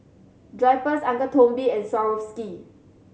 Drypers Uncle Toby's and Swarovski